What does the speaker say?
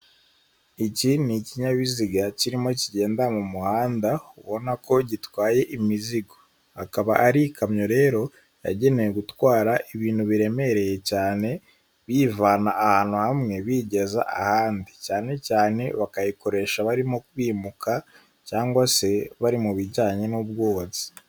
Iki ni ikinyabiziga kirimo kigenda mu muhanda ubona ko gitwaye imizigo, akaba ari ikamyo rero yagenewe gutwara ibintu biremereye cyane biyivana ahantu hamwe biyigeza ahandi cyane cyane bakayikoresha barimo kwimuka cyangwa se bari mu bijyanye n'ubwubatsi.